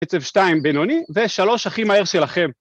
קצב שתיים בינוני, ושלוש הכי מהר שלכם.